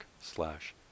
slash